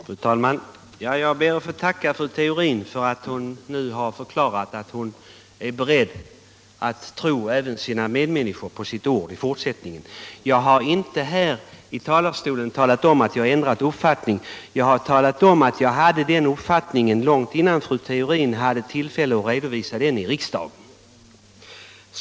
Fru talman! Jag ber att få tacka fru Theorin för att hon nu har förklarat att hon i fortsättningen är beredd att tro även sina medmänniskor på deras ord. Jag har inte här i talarstolen sagt att jag har ändrat uppfattning. Jag har bara talat om att jag hade den uppfattningen, långt innan fru Theorin hade tillfälle att redovisa den i riksdagen.